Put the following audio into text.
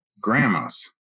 grandmas